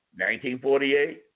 1948